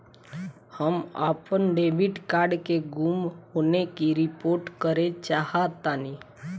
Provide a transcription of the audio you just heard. हम अपन debit card के गुम होने की रिपोर्ट करे चाहतानी